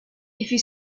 you